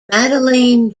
madeleine